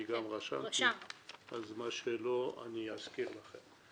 אני גם רשמתי, אז מה שלא אני אזכיר לכם.